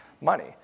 money